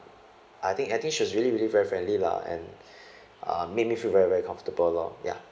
I think I think she was really really very friendly lah and um make me feel very very comfortable lor ya